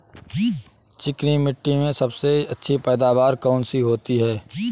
चिकनी मिट्टी में सबसे अच्छी पैदावार कौन सी होती हैं?